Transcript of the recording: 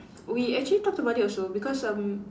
we actually talked about it also because um